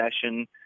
session